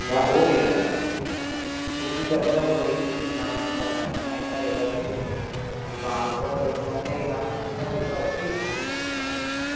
तां ओह् देआ दा उसी दरअसल कोई इ'न्ना बी पता निं ऐ घरै दा बी ते ओह् तां थोह्ड़ा जेहा निं तां अं'ऊ समझाई ओड़गा उसी